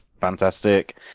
fantastic